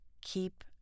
Keep